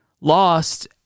lost